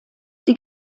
die